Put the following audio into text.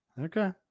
Okay